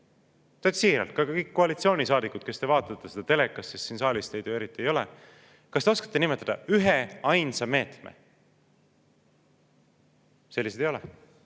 Täitsa siiralt, ka kõik koalitsioonisaadikud, kes te vaatate seda istungit telekast – sest siin saalis teid ju eriti ei ole –, kas te oskate nimetada üheainsagi meetme? Selliseid ei ole,